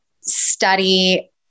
study